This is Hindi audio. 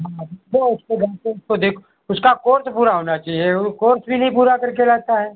हाँ थोड़ा उसको ढंग से उसको देखो उसका कोर्स पूरा होना चाहिए वो कोर्स ही नहीं पूरा करके लाता है